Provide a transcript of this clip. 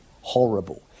horrible